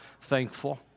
thankful